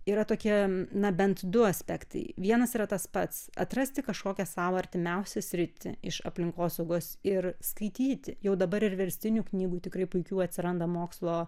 yra tokie na bent du aspektai vienas yra tas pats atrasti kažkokią sau artimiausią sritį iš aplinkosaugos ir skaityti jau dabar ir verstinių knygų tikrai puikių atsiranda mokslo